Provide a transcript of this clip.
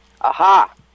Aha